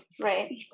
Right